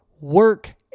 work